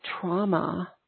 trauma